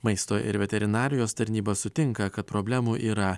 maisto ir veterinarijos tarnyba sutinka kad problemų yra